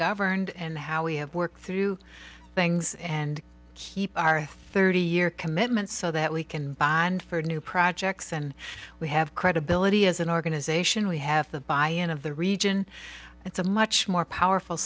governed and how we have worked through things and keep our thirty year commitment so that we can buy and for new projects and we have credibility as an organization we have the buy in of the region it's a much more powerful